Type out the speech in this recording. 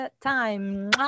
time